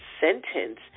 sentence